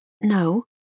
No